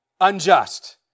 Unjust